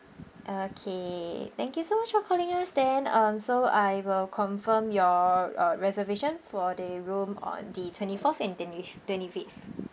okay thank you so much for calling us then um so I will confirm your your reservation for the room on the twenty fourth and twenty twenty fifth